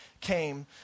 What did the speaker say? came